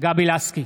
גבי לסקי,